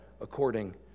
according